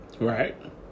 Right